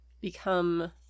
become